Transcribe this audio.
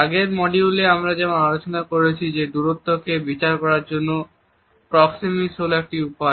আগের মডিউলে আমরা যেমন আলোচনা করেছি যে দূরত্বকে বিচার করার জন্য প্রক্সেমিকস হল একটি উপায়